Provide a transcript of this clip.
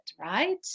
right